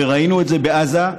וראינו את זה בעזה,